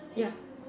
ya